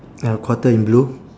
and quarter in blue